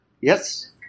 Yes